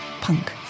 Punk